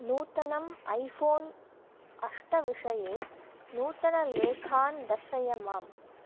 नूतनं iPhone अस्य विषये नूतनलेखान् दर्शय माम्